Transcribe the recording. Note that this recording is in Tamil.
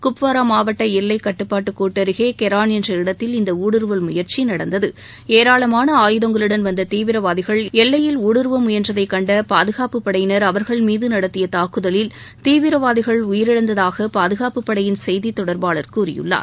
குப்வாரா மாவட்டம் எல்லை கட்டுபாட்டு கோட்டருகே கெரான் என்ற இடத்தில் இந்த ஊடுருவல் முயற்சி நடந்தது ஏராளமான ஆயுதங்களுடன் வந்த தீவிரவாதிகள் எல்லையில் ஊடுருவ முயன்றதை கண்ட பாதுகாப்பு படையின் அவர்கள் மீது நடத்திய தாக்குதலில் தீவிரவாதிகள் உயிரிழந்ததாக பாதகாப்பு படையின் செய்தி தொடர்பாளர் கூறியுள்ளார்